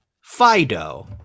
Fido